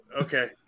Okay